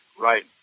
right